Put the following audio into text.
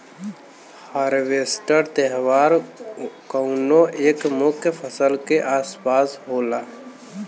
harvest त्यौहार कउनो एक मुख्य फसल के आस पास होला